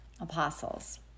apostles